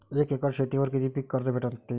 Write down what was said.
एक एकर शेतीवर किती पीक कर्ज भेटते?